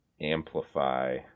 amplify